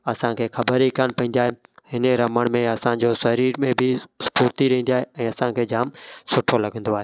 असांखे ख़बर ई कोन्ह पवंदी आहे हिने रमण में असांजो शरीर में बि स्फ़ूर्ती रहंदी आहे ऐं असांखे जामु सुठो लॻंदो आहे